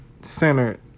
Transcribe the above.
centered